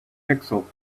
pixel